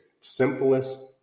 simplest